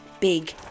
big